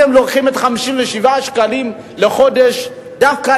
אתם לוקחים את 57 השקלים לחודש דווקא